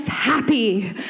happy